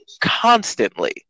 constantly